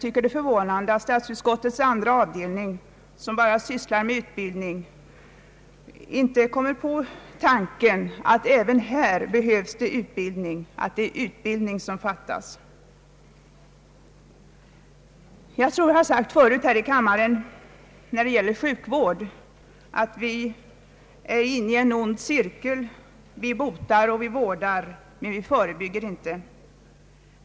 Det är förvånande att statsutskottets andra avdelning, som bara sysslar med utbildning, inte har kommit på tanken att det är utbildning som fattas här. Jag har förut sagt här i kammaren när det gäller sjukvård att vi är inne i en ond cirkel, vi botar och vårdar, men vi förebygger inte.